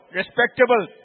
respectable